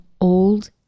old